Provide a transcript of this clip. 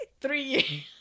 three